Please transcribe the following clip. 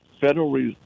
Federal